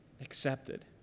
accepted